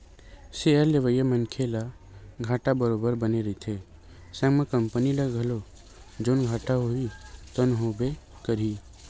share लेवइया मनखे ल घाटा बरोबर बने रहिथे संग म कंपनी ल घलो जउन घाटा होही तउन होबे करही